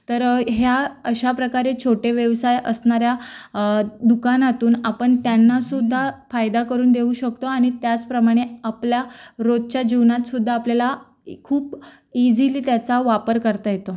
तर ह्या अशा प्रकारे छोटे व्यवसाय असणाऱ्या दुकानातून आपण त्यांनासुद्धा फायदा करून देऊ शकतो आणि त्याचप्रमाणे आपल्या रोजच्या जीवनातसुद्धा आपल्याला ए खूप इझीली त्याचा वापर करता येतो